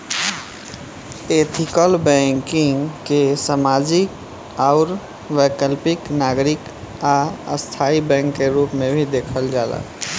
ethical banking के सामाजिक आउर वैकल्पिक नागरिक आ स्थाई बैंक के रूप में भी देखल जाला